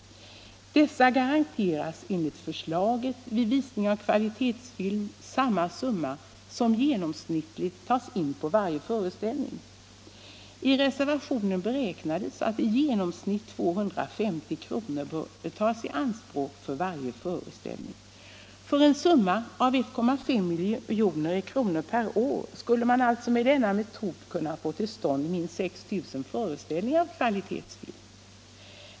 Dessa garanteras enligt förslaget vid visning av kvalitetsfilm samma summa som genomsnittligt tas in på varje föreställning. I reservationen beräknas att i genomsnitt 250 kr. bör tas i anspråk för varje föreställning. För en summa av 1,5 milj.kr./år skulle man med denna metod kunna få till stånd minst 6 000 föreställningar av kvalitetsfilm.